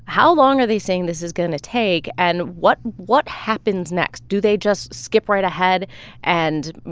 how long are they saying this is going to take? and what what happens next? do they just skip right ahead and,